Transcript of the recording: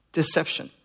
deception